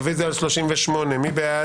רביזיה על 30. מי בעד?